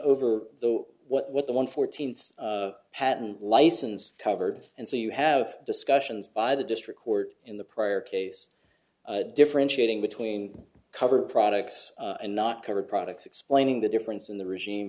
over though what the one fourteenth's patent license covered and so you have discussions by the district court in the prior case differentiating between covered products and not covered products explaining the difference in the regime